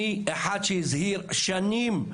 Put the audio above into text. אני אחד שהזהיר שנים.